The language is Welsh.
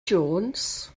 jones